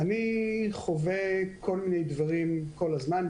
אני חווה כל מיני דברים כל הזמן.